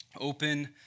Open